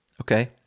okay